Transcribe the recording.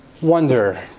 wonder